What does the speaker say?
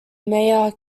mayor